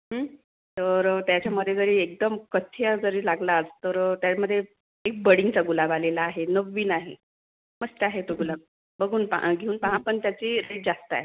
तर त्याच्यामध्ये जरी एकदम कथिया जरी लागला तर त्यामध्ये एक बडिंगचा गुलाब आलेला आहे नवीन आहे मस्त आहे तो गुलाब बघून पहा घेऊन पहा पण त्याची ही जास्त आहे